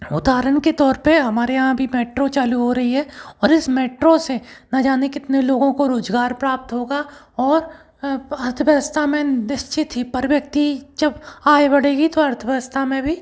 उधारण के तौर पर हमारे यहाँ अभी मेट्रो चालू हो रही है और इस मेट्रो से ना जाने कितने लोगों को रोज़गार प्राप्त होगा और अर्थव्यवस्था में निश्चित ही पर व्यक्ति जब आय बढ़ेगी तो अर्थव्यवस्था में भी